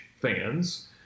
fans